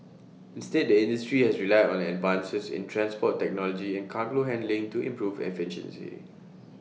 instead the industry has relied on advances in transport technology and cargo handling to improve efficiency